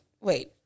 wait